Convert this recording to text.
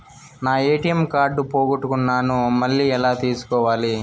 నా ATM card పోగొట్టుకున్నాను, మళ్ళీ ఎలా తీసుకోవాలి?